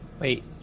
Wait